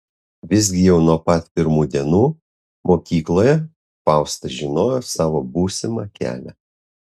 visgi jau nuo pat pirmų dienų mokykloje fausta žinojo savo būsimą kelią